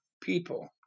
people